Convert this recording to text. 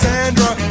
Sandra